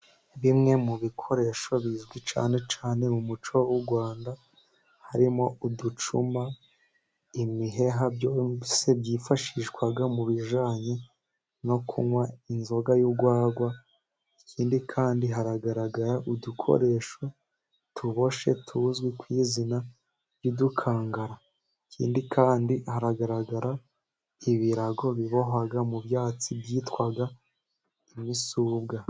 Bimwe mu bikoresho bizwi cyane cyane mu muco w'u Rwanda harimo: uducuma, imiheha, byose byifashishwa mu bijyanye no kunywa inzoga y'urwagwa, ikindi kandi haragaragara udukoresho tuboshye tuzwi ku izina ry'udukangara. Ikindi kandi haragaragara ibirago bibohwa mu byatsi byitwa imisuga.